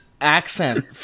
accent